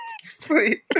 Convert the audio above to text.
sweet